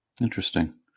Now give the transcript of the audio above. Interesting